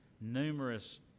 Numerous